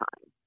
time